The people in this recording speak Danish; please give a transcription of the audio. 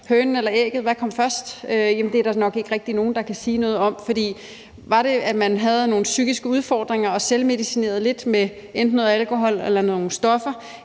hønen eller ægget? Det er der nok ikke rigtig nogen der kan sige noget om. For var det, at man havde nogle psykiske udfordringer og selvmedicinerede lidt med enten noget